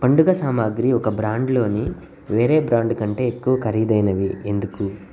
పండుగ సామాగ్రి ఒక బ్రాండ్లోని వేరే బ్రాండు కంటే ఎక్కువ ఖరీదైనవి ఎందుకు